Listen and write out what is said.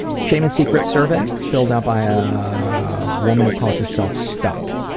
shame and secrets survey filled out by a woman who calls herself stuck.